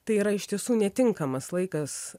tai yra iš tiesų netinkamas laikas